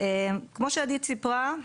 כמו שעדית סיפרה,